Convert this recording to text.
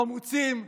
חמוצים,